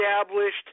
established